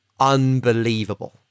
unbelievable